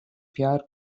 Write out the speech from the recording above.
pure